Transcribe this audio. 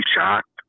shocked